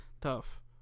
Tough